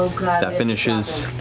that finishes.